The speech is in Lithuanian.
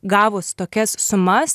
gavus tokias sumas